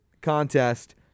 contest